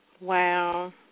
Wow